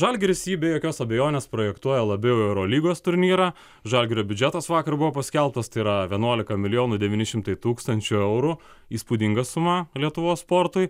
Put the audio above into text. žalgiris jį be jokios abejonės projektuoja labiau į eurolygos turnyrą žalgirio biudžetas vakar buvo paskelbtas tai yra vienuolika milijonų devyni šimtai tūkstančių eurų įspūdinga suma lietuvos sportui